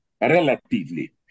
relatively